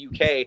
UK